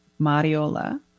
Mariola